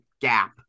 gap